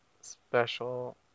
special